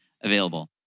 available